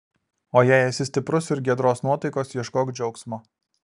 o jei esi stiprus ir giedros nuotaikos ieškok džiaugsmo